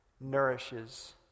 Nourishes